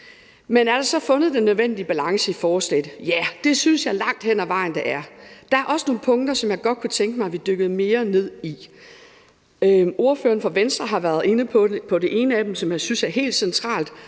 Men er der så fundet den nødvendige balance i forslaget? Ja, det synes jeg langt hen ad vejen der er. Der er også nogle punkter, som jeg godt kunne tænke mig at vi dykkede mere ned i. Ordføreren for Venstre har været inde på det ene af dem, som jeg synes er helt centralt,